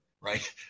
right